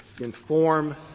inform